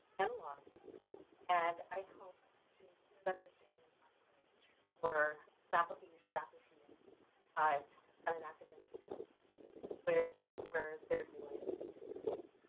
and law degree and i help create your understanding of copyright for faculty, staff, and students at an academic institution which where they're doing their teaching.